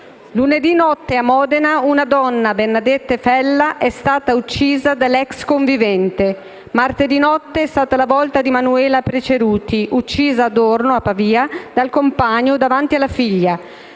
Lunedì notte, a Modena, una donna, Bernadette Fella, è stata uccisa dall'ex convivente. Martedì notte è stata la volta di Manuela Precerutti, uccisa a Dorno, a Pavia, dal compagno davanti alla figlia.